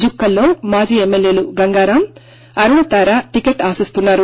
జుక్కల్ లో మాజీ ఎమ్మెల్వేలు గంగారాం అరుణతార టికెట్ ఆశిస్తున్నారు